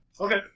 Okay